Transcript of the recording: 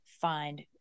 find